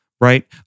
Right